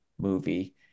movie